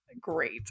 great